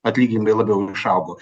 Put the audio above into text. atlyginimai labiau išaugo